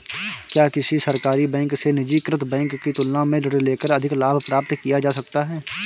क्या किसी सरकारी बैंक से निजीकृत बैंक की तुलना में ऋण लेकर अधिक लाभ प्राप्त किया जा सकता है?